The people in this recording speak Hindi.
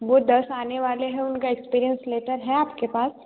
वो दस आने वाले हैं उनका एक्सपीरियेंस लेटर है आपके पास